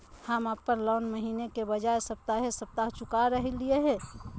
हम अप्पन लोन महीने के बजाय सप्ताहे सप्ताह चुका रहलिओ हें